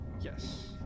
Yes